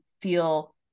feel